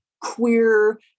queer